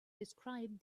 described